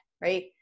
right